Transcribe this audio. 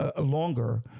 longer